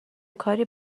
کاری